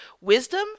wisdom